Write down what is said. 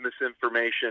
misinformation